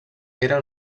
era